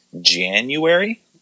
January